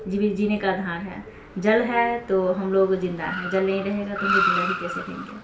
जीवन जीने का आधार हैं जल है तो हम लोग जिंदा हैं जल नहीं रहेगा तो हम लोग जिंदा भी कैसे रहेंगे